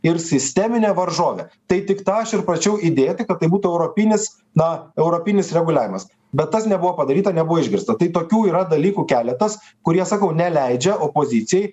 ir sisteminė varžovė tai tik tą aš ir prašiau įdėti kad tai būtų europinis na europinis reguliavimas bet tas nebuvo padaryta nebuvo išgirsta tokių yra dalykų keletas kurie sakau neleidžia opozicijai